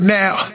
now